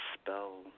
spell